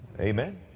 Amen